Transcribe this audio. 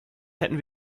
hätten